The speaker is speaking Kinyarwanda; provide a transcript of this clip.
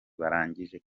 barangije